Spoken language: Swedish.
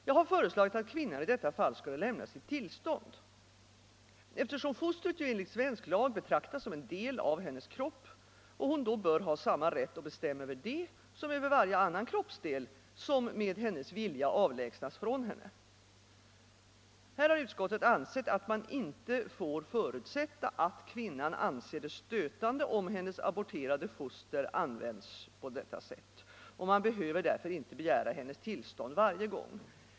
Jag har föreslagit att kvinnan i detta fall skulle lämna sitt tillstånd, eftersom fostret ju enligt svensk lag betraktas som en del av hennes kropp och hon då bör ha samma rätt att bestämma över det som över varje annan kroppsdel som med hennes vilja avlägsnas från henne. Här har utskottet ansett att man inte får förutsätta att kvinnan anser det stötande om hennes aborterade foster används på detta sätt, och man behöver därför inte begära hennes tillstånd varje gång.